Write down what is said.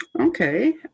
okay